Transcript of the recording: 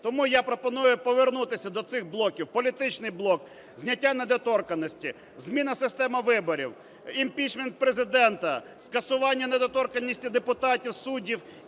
Тому я пропоную повернутися до цих блоків. Політичний блок: зняття недоторканності, зміна системи виборів, імпічмент Президента, скасування недоторканності депутатів, суддів